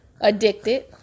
addicted